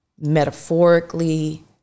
metaphorically